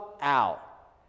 out